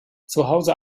zuhause